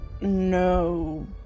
No